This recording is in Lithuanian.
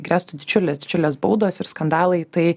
grėstų didžiulės didžiulės baudos ir skandalai tai